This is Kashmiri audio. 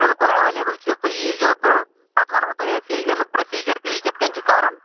بلکُل ایویلیبٕل چھُ تُہۍ ییٖزو تہٕ پَتہٕ ونہو تۅہہِ أسۍ یہِ اَمیُک پرٛوسیٖجر تہِ یہِ کِتھٕ کٔنۍ چھُ کرُن